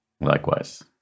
Likewise